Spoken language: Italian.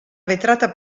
vetrata